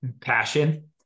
passion